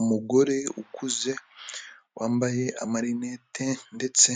Umugore ukuze wambaye amarinete ndetse